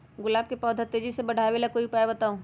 गुलाब के पौधा के तेजी से बढ़ावे ला कोई उपाये बताउ?